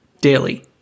daily